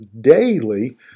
daily